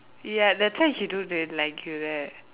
ya that's why he don't really like you right